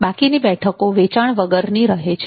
બાકીની બેઠકો વેચાણ વગરની રહે છે